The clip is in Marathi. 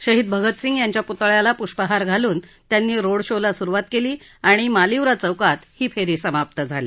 शहीद भगतसिंग यांच्या पुतळ्याला पुष्पहार घालून त्यांनी रोड शो ला सुरुवात केली आणि मालिवरा चौकात ही फेरी समाप्त झाली